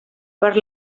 per